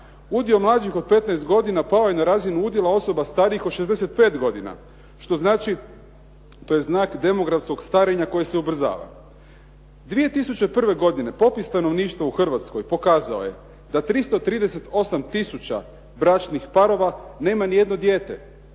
Udio mlađih od 15 godina pao je na razinu udjela osoba starijih od 65 godina, što znači to je znak demografskog starenja koje se ubrzava. 2001. godine popis stanovništva u Hrvatskoj pokazao je da 338 tisuća bračnih parova nema nijedno dijete,